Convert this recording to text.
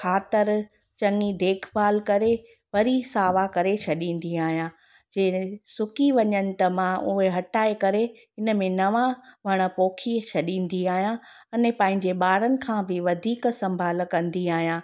ख़ातिर चङी देखभाल करे वरी सावा करे छॾींदी आहियां जे सुकी वञनि त मां उए हटाए करे हिन में नवा वण पौखी छॾींदी आहियां अने पंहिंजे ॿारनि खां बि वधीक संभाल कंदी आहियां